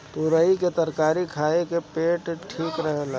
तुरई के तरकारी खाए से पेट ठीक रहेला